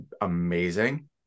amazing